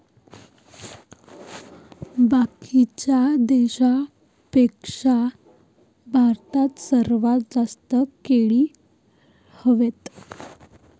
बाकीच्या देशाइंपेक्षा भारतात सर्वात जास्त केळी व्हते